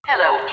Hello